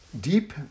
deep